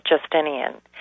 Justinian